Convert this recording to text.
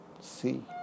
see